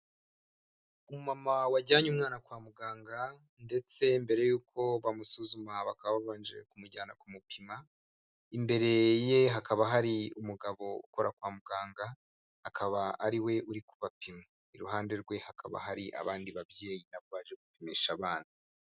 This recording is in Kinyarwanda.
Umumama wajyanye umwana kwa muganga ndetse mbere y'uko bamusuzuma bakaba babanje kumujyana kumupima, imbere ye hakaba hari umugabo ukora kwa muganga akaba ariwe uri kubapima, iruhande rwe hakaba hari abandi babyeyi na bo baje gupimisha abana.